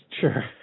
Sure